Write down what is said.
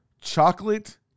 chocolate